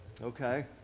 Okay